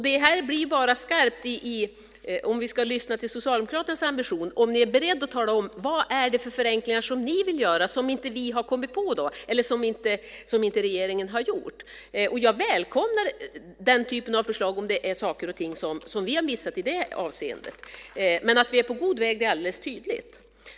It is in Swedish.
Detta blir bara skarpt - om vi ska lyssna till Socialdemokraternas ambition - om ni är beredda att tala om vad det är för förenklingar som ni vill göra som vi inte har kommit på eller som regeringen inte har gjort. Jag välkomnar den typen av förslag om det är saker och ting som vi har missat i det avseendet. Men att vi är på god väg är alldeles tydligt.